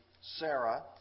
Sarah